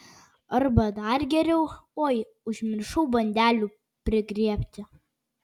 arba dar geriau oi užmiršau bandelių prigriebti